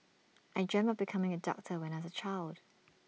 I dreamt of becoming A doctor when I was A child